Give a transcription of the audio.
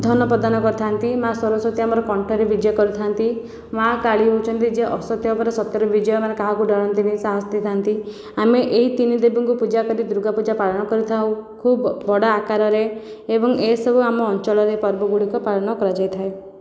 ଧନ ପ୍ରଦାନ କରିଥାନ୍ତି ମାଆ ସରସ୍ଵତୀ ଆମର କଣ୍ଠରେ ବିଜେ କରିଥାନ୍ତି ମାଆ କାଳୀ ହେଉଛନ୍ତି ଯିଏ ଅସତ୍ୟ ଉପରେ ସତ୍ୟର ବିଜୟ ମାନେ କାହାକୁ ଡରନ୍ତିନି ସାହସ ଦେଇଥାନ୍ତି ଆମେ ଏହି ତିନି ଦେବୀଙ୍କୁ ପୂଜା କରି ଦୂର୍ଗା ପୂଜା ପାଳନ କରିଥାଉ ଖୁବ ବଡ଼ ଆକାରରେ ଏବଂ ଏସବୁ ଆମ ଅଞ୍ଚଳରେ ପର୍ବ ଗୁଡ଼ିକ ପାଳନ କରାଯାଇଥାଏ